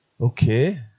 Okay